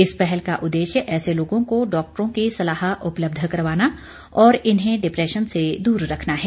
इस पहल का उद्देश्य ऐसे लोगों को डॉक्टरों की सलाह उपलब्ध करवाना और इन्हें डिप्रेशन से दूर रखना है